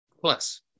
Plus